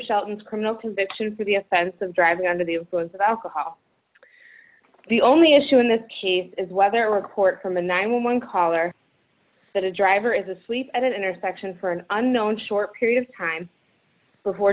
shelton's criminal conviction for the offense of driving under the influence of alcohol the only issue in this case is whether a report from the ninety one dollars caller that a driver is asleep at an intersection for an unknown short period of time before